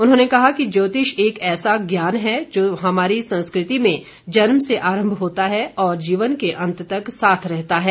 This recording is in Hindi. उन्होंने कहा कि ज्योतिष एक ऐसा ज्ञान है जो हमारी संस्कृति में जन्म से आरम्म होता है और जीवन के अंत तक साथ रहता है